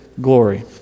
Glory